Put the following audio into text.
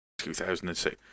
2006